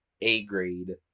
A-grade